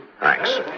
Thanks